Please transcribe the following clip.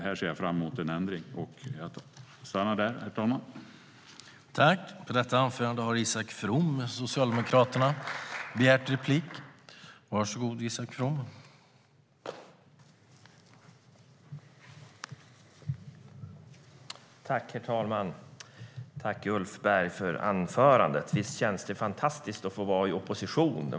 Här ser jag fram mot en ändring.I detta anförande instämde Gunilla Nordgren .